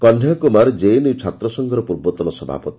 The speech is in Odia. କହ୍ନେୟା କୁମାର ଜେଏନ୍ୟୁ ଛାତ୍ର ସଂଘର ପୂର୍ବତନ ସଭାପତି